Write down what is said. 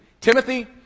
Timothy